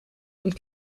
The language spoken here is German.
und